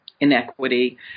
inequity